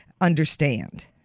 understand